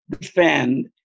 defend